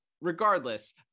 regardless